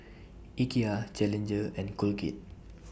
Ikea Challenger and Colgate